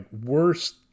worst